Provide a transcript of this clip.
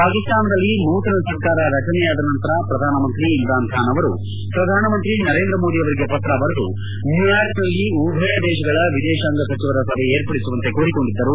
ಪಾಕಿಸ್ತಾನದಲ್ಲಿ ನೂತನ ಸರ್ಕಾರ ರಚನೆಯಾದ ನಂತರ ಪ್ರಧಾನ ಮಂತ್ರಿ ಇಮ್ರಾನ್ ಖಾನ್ ಅವರು ಪ್ರಧಾನ ಮಂತ್ರಿ ನರೇಂದ್ರ ಮೋದಿ ಅವರಿಗೆ ಪತ್ರ ಬರೆದು ನ್ಲೂಯಾರ್ಕ್ನಲ್ಲಿ ಉಭಯ ದೇಶಗಳ ವಿದೇಶಾಂಗ ಸಚಿವರ ಸಭೆ ಏರ್ಪಡಿಸುವಂತೆ ಕೋರಿಕೊಂಡಿದ್ದರು